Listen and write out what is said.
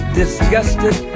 disgusted